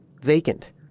vacant